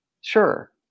Sure